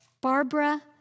Barbara